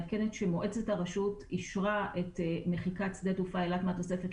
מועצת הרשות אישרה את מחיקת שדה התעופה אילת מהתוספת